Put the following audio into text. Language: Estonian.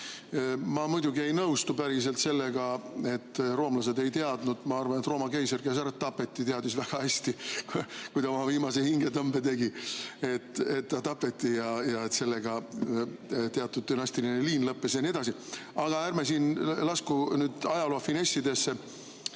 Ma muidugi ei nõustu päriselt sellega, et roomlased ei teadnud, [et riik lagunes]. Ma arvan, et Rooma keiser, kes ära tapeti, teadis väga hästi, kui ta oma viimase hingetõmbe tegi, et ta tapeti ja sellega teatud dünastia liin lõppes ja nii edasi, aga ärme lasku ajaloo finessidesse.